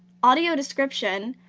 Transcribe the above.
audio description,